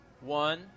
One